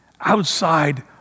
outside